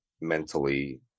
mentally